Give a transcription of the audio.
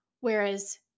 whereas